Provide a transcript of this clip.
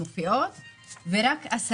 ורק 10